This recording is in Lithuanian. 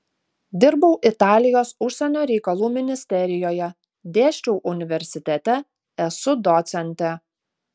dirbau italijos užsienio reikalų ministerijoje dėsčiau universitete esu docentė